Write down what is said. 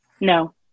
no